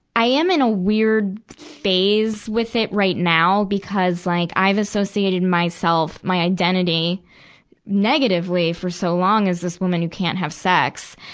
i am in a weird phase with it right now, because like i've associated myself, my identity negatively for so long, as this woman who can't have sex.